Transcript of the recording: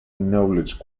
knowledge